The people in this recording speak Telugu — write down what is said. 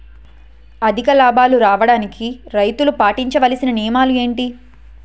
అధిక లాభాలు రావడానికి రైతులు పాటించవలిసిన నియమాలు ఏంటి